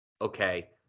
okay